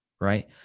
right